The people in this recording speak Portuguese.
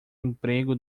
emprego